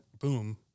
boom